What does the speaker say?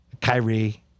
Kyrie